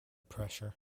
pressure